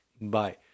Bye